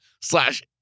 slash